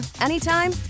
anytime